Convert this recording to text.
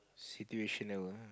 situational